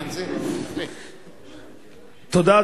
תודה,